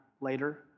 later